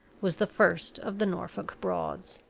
was the first of the norfolk broads.